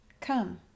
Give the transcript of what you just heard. Come